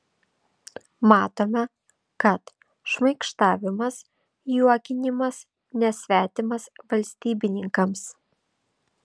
matome kad šmaikštavimas juokinimas nesvetimas valstybininkams